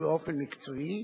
המציע,